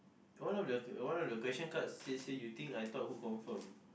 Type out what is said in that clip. one of the one of the question cards says here you think I thought who confirm